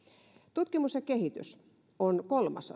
tutkimus ja kehitys on kolmas